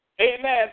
Amen